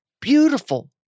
Beautiful